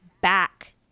back